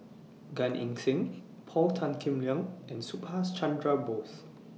Gan Eng Seng Paul Tan Kim Liang and Subhas Chandra Bose